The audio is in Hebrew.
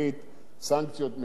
סנקציות משתקות.